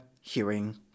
hearing